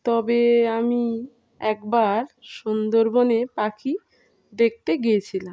তবে আমি একবার সুন্দরবনে পাখি দেখতে গিয়েছিলাম